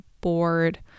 bored